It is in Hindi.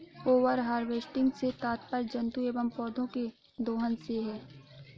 ओवर हार्वेस्टिंग से तात्पर्य जंतुओं एंव पौधौं के दोहन से है